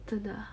真的 ah